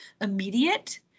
immediate